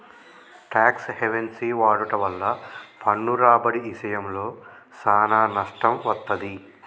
talks havens వాడుట వల్ల పన్ను రాబడి ఇశయంలో సానా నష్టం వత్తది